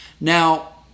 Now